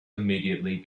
immediately